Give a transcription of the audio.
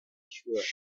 assurance